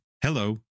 Hello